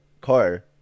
car